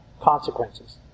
consequences